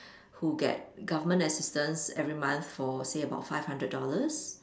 who get government assistance every month for say about five hundred dollars